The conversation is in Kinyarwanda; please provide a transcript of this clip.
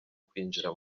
kwinjira